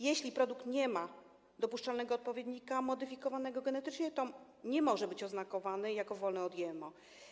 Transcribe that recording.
Jeśli produkt nie ma dopuszczalnego odpowiednika modyfikowanego genetycznie, to nie może być oznakowany jako wolny od GMO.